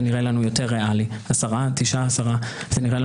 עשרה חודשים.